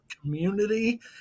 community